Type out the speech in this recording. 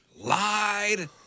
lied